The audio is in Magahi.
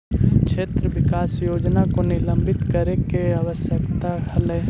क्षेत्र विकास योजना को निलंबित करे के आवश्यकता हलइ